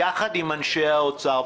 ביחד עם אנשי משרד האוצר,